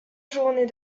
journées